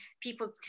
people